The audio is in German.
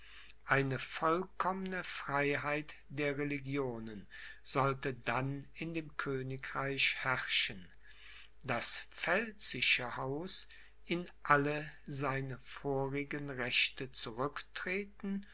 eine vollkommene freiheit der religionen sollte dann in dem königreich herrschen das pfälzische haus in alle seine vorigen rechte zurücktreten